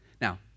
Now